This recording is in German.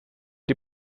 die